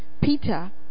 Peter